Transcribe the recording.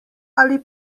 ali